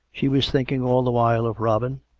she was thinking all the while of robin,